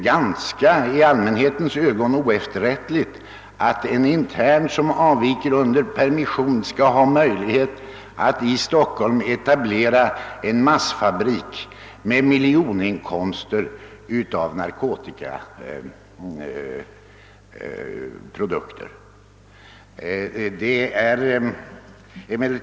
Det är i allmänhetens ögon något ganska oefterrättligt att en intern som avviker under permission skall ha möjlighet att i Stockholm etablera en fabrik för tillverkning av narkotika och göra sig miljoninkomster av tillverkningen.